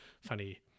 funny